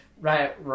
right